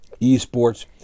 Esports